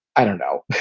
i don't know.